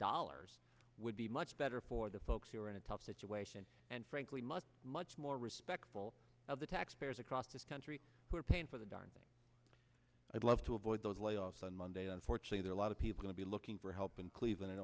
dollars would be much better for the folks who are in a tough situation and frankly much much more respectful of the taxpayers across this country who are paying for the darn thing i'd love to avoid those layoffs on monday unfortunately a lot of people to be looking for help in cleveland